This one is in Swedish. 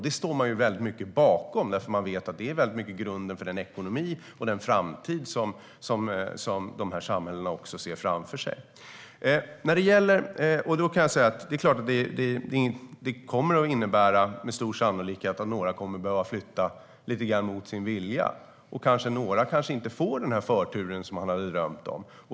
Det står man starkt bakom, eftersom man vet att det i mycket är grunden för den ekonomi och den framtid som samhällena ser framför sig. Det är klart att det med stor sannolikhet kommer att innebära att några kommer att behöva flytta lite grann mot sin vilja och att några kanske inte får den förtur som de hade drömt om.